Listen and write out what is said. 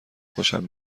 خوشم